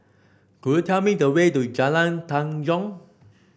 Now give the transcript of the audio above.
could you tell me the way to Jalan Tanjong